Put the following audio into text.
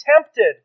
tempted